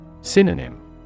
Synonym